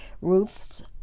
Ruth's